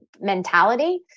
mentality